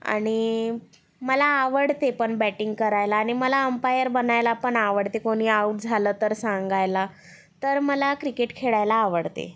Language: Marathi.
आणि मला आवडते पण बॅटिंग करायला आणि मला अंपायर बनायला अन आवडते कोणी आऊट झालं तर सांगायला तर मला क्रिकेट खेळायला आवडते